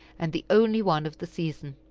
and the only one of the season.